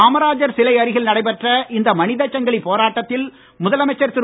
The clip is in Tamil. காமராஜர் சிலை அருகில் நடைபெற உள்ள இந்த மனித சங்கிலி போராட்டத்தில் முதலமைச்சர் திரு